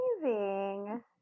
amazing